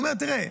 הוא אומר: תראה,